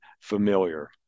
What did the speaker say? familiar